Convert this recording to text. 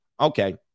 Okay